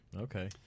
Okay